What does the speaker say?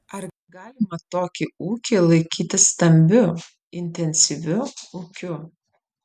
ar galima tokį ūkį laikyti stambiu intensyviu ūkiu